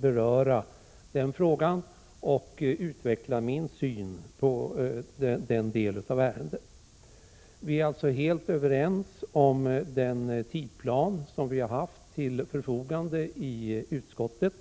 beröra den frågan och utveckla min syn på den delen av ärendet. Vi har varit helt överens om den tidsplan som vi har arbetat efter i utskottet.